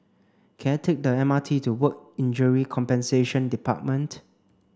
can I take the M R T to Work Injury Compensation Department